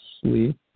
sleep